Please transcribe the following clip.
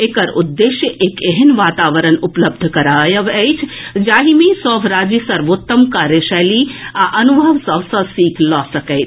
एकर उद्देश्य एक एहेन वातावरण उपलब्ध करायब अछि जाहि मे सभ राज्य सर्वोत्तम कार्यशैली आ अनुभव सभ सँ सीख लऽ सकथि